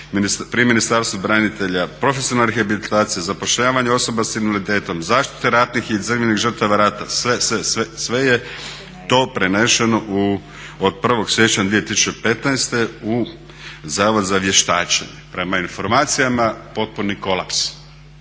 pri Ministarstvu branitelja, profesionalna rehabilitacija, zapošljavanje osoba s invaliditetom, zaštita ratnih i civilnih žrtava rata, sve, sve, sve je to preneseno od 1. siječnja 2015. u Zavod za vještačenje. Prema informacijama, potpuni kolaps